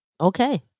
Okay